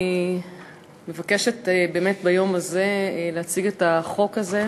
אני מבקשת באמת ביום הזה להציג את החוק הזה.